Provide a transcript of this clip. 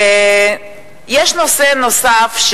יש נושא נוסף,